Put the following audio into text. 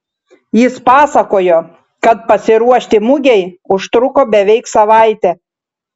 jis pasakojo kad pasiruošti mugei užtruko beveik savaitę